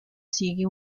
sigue